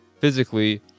physically